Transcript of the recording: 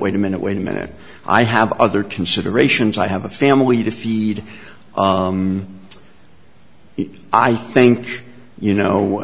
wait a minute wait a minute i have other considerations i have a family to feed i think you know